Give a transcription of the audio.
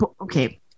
Okay